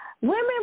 Women